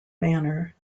manner